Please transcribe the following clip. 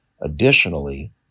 Additionally